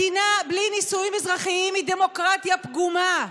מדינה בלי נישואים אזרחיים היא דמוקרטיה פגומה,